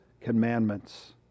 commandments